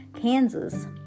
Kansas